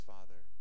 Father